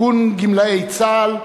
ארגון גמלאי צה"ל,